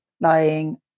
lying